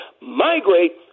migrate